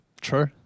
True